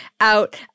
out